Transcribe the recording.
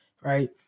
right